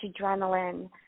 adrenaline